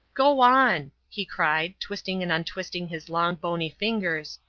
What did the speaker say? go on! he cried, twisting and untwisting his long, bony fingers,